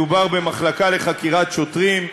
מדובר במחלקה לחקירת שוטרים,